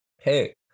hey